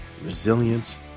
resilience